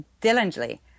diligently